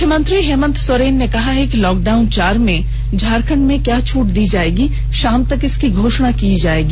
मुख्यमंत्री हेमंत सोरेन ने कहा है कि लॉकडाउन चार में झारखंड में क्या छूट दी जाएगी शाम तक इसकी घोषणा की जाएगी